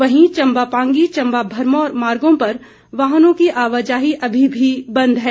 वहीं चंबा पांगी चंबा भरमौर मार्गो पर वाहनों की आवाजाही अभी भी बंद है